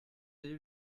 d’élu